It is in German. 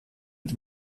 mit